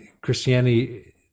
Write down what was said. christianity